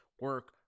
Work